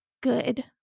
good